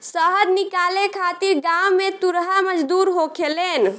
शहद निकाले खातिर गांव में तुरहा मजदूर होखेलेन